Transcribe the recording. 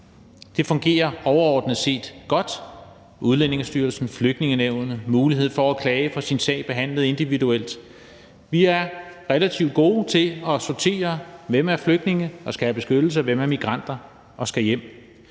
Det fungerer overordnet set godt med Udlændingestyrelsen og Flygtningenævnet og med mulighed for at klage og få sin sag behandlet individuelt. Vi er relativt gode til at sortere mellem, hvem der er flygtninge og skal have beskyttelse, og hvem der er migranter og skal hjem.